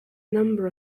number